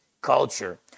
culture